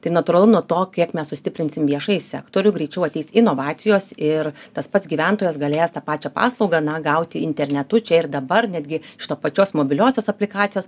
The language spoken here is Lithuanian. tai natūralu nuo to kiek mes sustiprinsim viešąjį sektorių greičiau ateis inovacijos ir tas pats gyventojas galės tą pačią paslaugą na gauti internetu čia ir dabar netgi iš to pačios mobiliosios aplikacijos